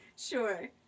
Sure